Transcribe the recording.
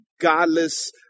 godless